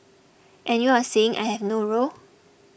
and you are saying I have no role